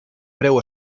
breu